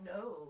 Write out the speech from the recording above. No